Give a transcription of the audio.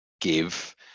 give